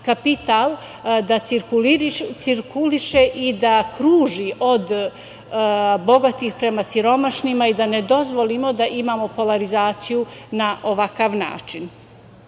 cirkuliše i da kruži od bogatih prema siromašnima i da ne dozvolimo da imamo polarizaciju na ovakav način.U